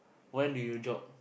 when do you jog